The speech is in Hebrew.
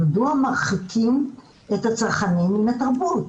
מדוע מרחיקים את הצרכנים מן התרבות?